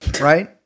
right